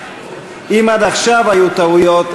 אם עד עכשיו היו טעויות,